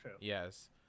yes